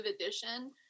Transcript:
edition